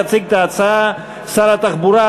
יציג את ההצעה שר התחבורה,